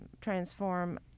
transform